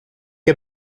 heb